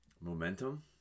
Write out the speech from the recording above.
momentum